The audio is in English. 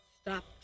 stop